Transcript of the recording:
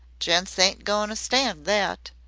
gents ain't goin' to stand that.